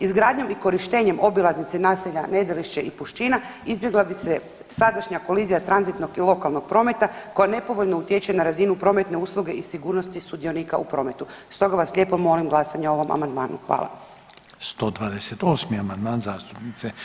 Izgradnjom i korištenjem obilaznice naselja Nedelišće i Puščina izbjegla bi se sadašnja kolizija tranzitnog i lokalnog prometa koja nepovoljno utječe na razinu prometne usluge i sigurnosti sudionika u prometu, stoga vas lijepo molim glasanje o ovom amandmanu.